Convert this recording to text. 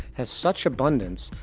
has such abundance,